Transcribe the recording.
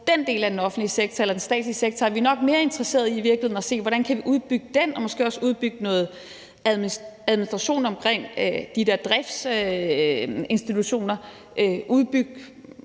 Den del af den statslige sektor er vi i virkeligheden nok mere interesserede i at se på hvordan vi kan udbygge og måske også udbygge noget administration omkring de der driftsinstitutioner,